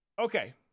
Okay